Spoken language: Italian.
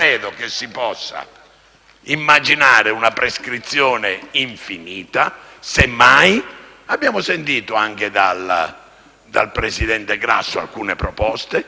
immaginare una prescrizione infinita, semmai - e abbiamo sentito anche dal presidente Grasso alcune proposte - dei rimedi